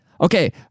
okay